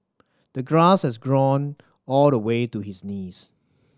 the grass had grown all the way to his knees